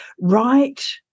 right